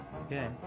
okay